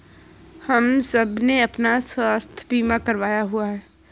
हम सबने अपना स्वास्थ्य बीमा करवाया हुआ है